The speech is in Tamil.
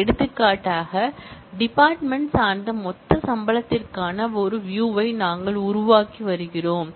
எடுத்துக்காட்டாக டிபார்ட்மென்ட் சார்ந்த மொத்த சம்பளத்திற்கான ஒரு வியூயை நாங்கள் உருவாக்கி வருகிறோம்